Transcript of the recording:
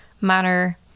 manner